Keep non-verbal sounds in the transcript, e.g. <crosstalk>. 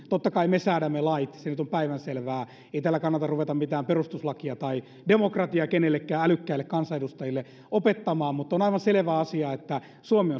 totta kai me säädämme lait se nyt on päivänselvää ei täällä kannata ruveta mitään perustuslakia tai demokratiaa kenellekään älykkäälle kansanedustajalle opettamaan mutta on aivan selvä asia että suomi <unintelligible>